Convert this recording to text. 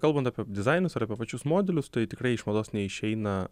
kalbant apie dizainus ir apie pačius modelius tai tikrai iš mados neišeina